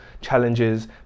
challenges